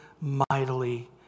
mightily